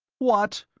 what?